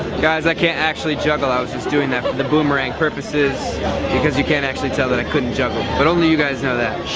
guys, i can't actually juggle i was just doing it for the boomerang purposes because you can't actually tell that i couldn't juggle but only you guys know that,